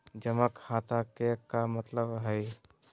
जमा खाता के का मतलब हई?